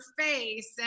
face